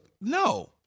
no